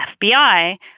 FBI